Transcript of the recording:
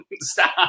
Stop